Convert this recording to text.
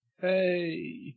Hey